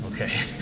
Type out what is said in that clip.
okay